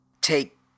take